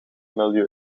milieu